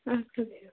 اَدسا بیٚہِو